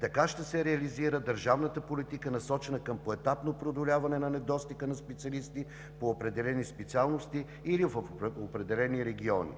Така ще се реализира държавната политика, насочена към поетапно преодоляване на недостига на специалисти по определени специалности или в определени региони.